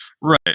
Right